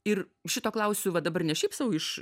ir šito klausiu va dabar ne šiaip sau iš